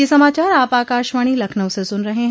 ब्रे क यह समाचार आप आकाशवाणी लखनऊ से सुन रहे हैं